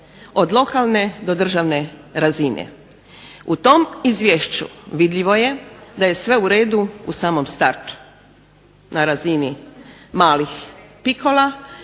od lokalne do državne razine. U tom izvješću vidljivo je da je sve uredu u samom startu na razini malih pikola,